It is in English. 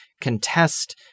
contest